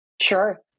Sure